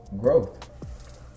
growth